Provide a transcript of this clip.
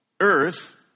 earth